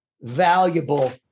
valuable